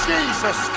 Jesus